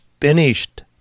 finished